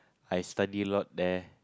I study a lot there